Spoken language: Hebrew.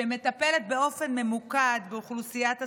שמטפלת באופן ממוקד באוכלוסיית הסיכון,